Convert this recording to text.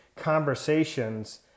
conversations